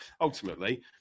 ultimately